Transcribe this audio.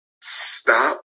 stop